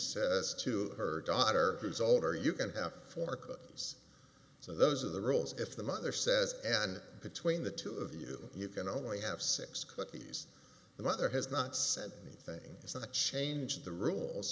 says to her daughter who's older you can have four cookies so those are the rules if the mother says and between the two of you you can only have six cookies the mother has not sent me things and i change the rules